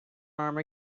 arm